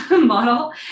model